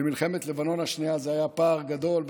במלחמת לבנון השנייה היה פער גדול,